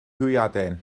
hwyaden